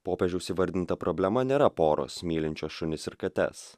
popiežiaus įvardinta problema nėra poros mylinčios šunis ir kates